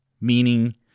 meaning